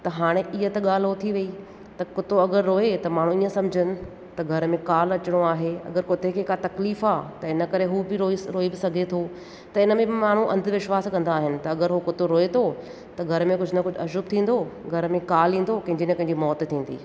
त हाणे इहा त ॻाल्हि हो थी वई त कुतो अगरि रोए त माण्हू ईअं समुझनि त घर में काल अचिणो आहे अगरि कुते खे का तकलीफ़ आ्हे त इन करे हू बि रोई रोई सघे थो त हिन में बि माण्हू अंधविश्वासु कंदा आहिनि त अगरि उहो कुतो रोए थो त घर में कुझु न कुझु अशुभ थींदो घर में काल ईंदो कंहिंजी न कंहिंजी मौति थींदी